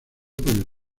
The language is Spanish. por